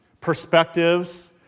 perspectives